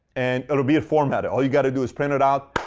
and it will be formatted. all you got to do is print it out,